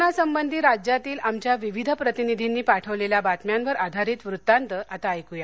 कोरोनासंबंधी राज्यातील आमच्या विविध प्रतिनिधींना पाठवलेल्या बातम्यांवर आधारित वृत्तांत आता ऐकूया